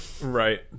Right